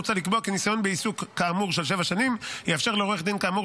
מוצע לקבוע כי ניסיון בעיסוק כאמור של שבע שנים יאפשר לעורך דין כאמור